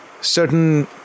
certain